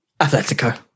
Atletico